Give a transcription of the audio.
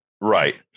Right